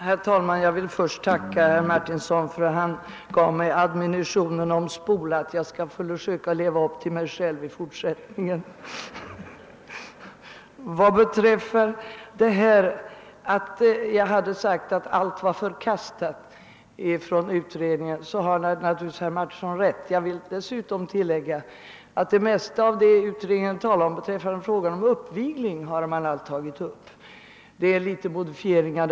Herr talman! Jag vill först tacka herr Martinsson för att han gav mig admonitionen om »spola». Jag skall försöka leva upp till mig själv i fortsättningen! Vad beträffar mina ord om att allt från utredningen var förkastat har naturligtvis herr Martinsson rätt. Jag vill dessutom tillägga, att det mesta av vad utredningen anför beträffande frågan om uppvigling faktiskt har tagits upp, låt vara med vissa modifieringar.